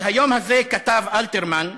על היום הזה כתב אלתרמן: